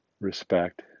respect